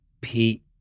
Pete